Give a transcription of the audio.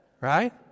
Right